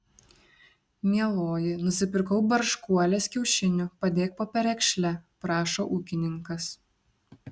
mieloji nusipirkau barškuolės kiaušinių padėk po perekšle prašo ūkininkas